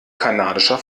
kanadischer